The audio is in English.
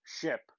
ship